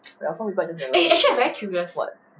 然后 what